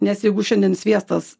nes jeigu šiandien sviestas